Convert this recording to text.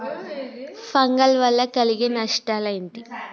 Fungal వల్ల కలిగే నష్టలేంటి?